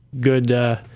Good